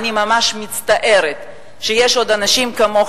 אני ממש מצטערת שיש עוד אנשים כמוך,